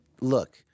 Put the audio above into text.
look